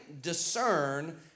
discern